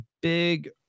big